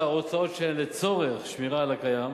או הוצאות שהן לצורך שמירה על הקיים.